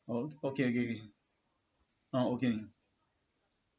oh okay okay okay ah okay